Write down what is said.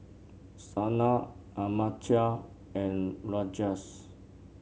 Sanal Amartya and Rajesh